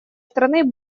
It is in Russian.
страны